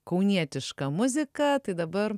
kaunietišką muziką tai dabar